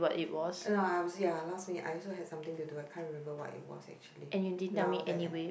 I was ya last minute I also had something to do I can't remember what it was actually now that I